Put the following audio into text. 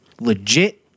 legit